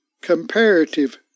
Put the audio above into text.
comparative